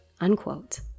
Unquote